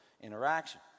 interaction